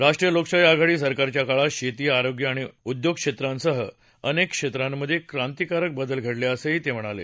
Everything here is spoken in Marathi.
राष्ट्रीय लोकशाही आघाडी सरकारच्या काळात शेती आरोग्य आणि उद्योग क्षेत्रांसह अनेक क्षेत्रांमध्ये क्रांतीकारक बदल घडले असंही ते म्हणाले